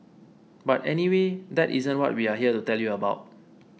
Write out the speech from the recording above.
but anyway that isn't what we're here to tell you about